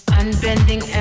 unbending